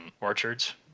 orchards